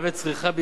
וכן עסקאות